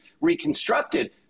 reconstructed